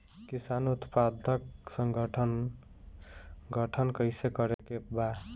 किसान उत्पादक संगठन गठन कैसे करके बा?